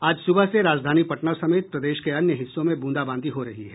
आज सुबह से राजधानी पटना समेत प्रदेश के अन्य हिस्सों में बूंदाबांदी हो रही है